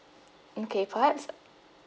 okay perhaps